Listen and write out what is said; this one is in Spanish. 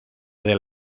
del